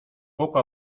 poco